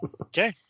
Okay